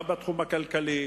גם בתחום הכלכלי